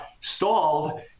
stalled